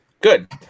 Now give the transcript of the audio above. Good